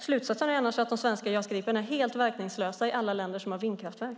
Slutsatsen blir att de svenska JAS Gripen är helt verkningslösa i alla länder som har vindkraftverk.